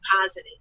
positive